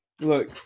Look